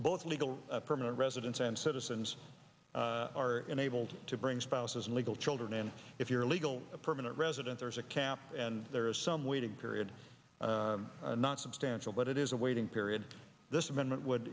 both legal permanent residents and citizens are enabled to bring spouses and legal children and if you're a legal permanent resident there is a cap and there is some waiting period not substantial but it is a waiting period this amendment would